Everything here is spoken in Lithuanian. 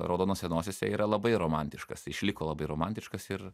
raudonose nosyse yra labai romantiškas išliko labai romantiškas ir